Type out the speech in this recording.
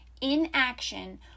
inaction